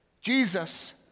Jesus